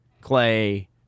Clay